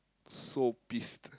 so pissed